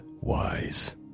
wise